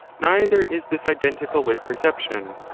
neither is this identical with perception.